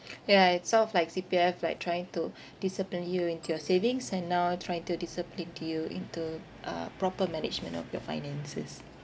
yeah it's sort of like C_P_F like trying to discipline you into your savings and now try to discipline you into uh proper management of your finances